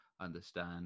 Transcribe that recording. understand